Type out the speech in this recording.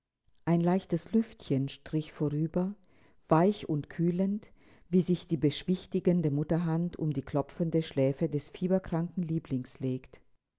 ein leichtes lüftchen strich vorüber weich und kühlend wie sich die beschwichtigende mutterhand um die klopfenden schläfe des fieberkranken lieblings legt